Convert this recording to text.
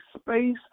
space